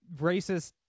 racist